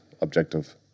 objective